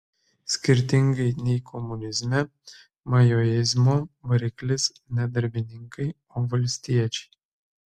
skirtingai nei komunizme maoizmo variklis ne darbininkai o valstiečiai